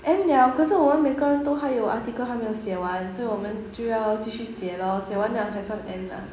end 了可是我们每个人都还有 article 还没有写完所以我们就要继续写 lor 写完了才算 end lah